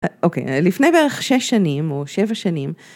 אוקיי, לפני בערך שש שנים או שבע שנים.